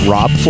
Rob